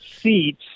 seats